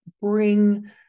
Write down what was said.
bring